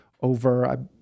over